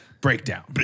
Breakdown